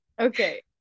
Okay